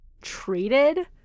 treated